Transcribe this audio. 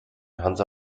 hansa